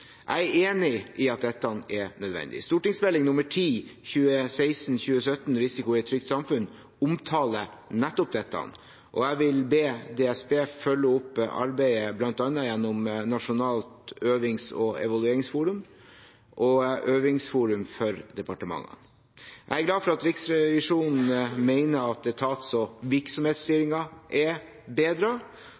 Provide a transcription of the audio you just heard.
Jeg er enig i at dette er nødvendig. Meld. St. 10 for 2016–2017, Risiko i et trygt samfunn, omtaler nettopp dette. Jeg vil be DSB følge opp arbeidet bl.a. gjennom Nasjonalt øvelses- og evalueringsforum og øvingsforum for departementene. Jeg er glad for at Riksrevisjonen mener at etats- og virksomhetsstyringen er